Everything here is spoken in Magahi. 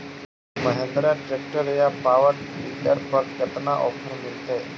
महिन्द्रा ट्रैक्टर या पाबर डीलर पर कितना ओफर मीलेतय?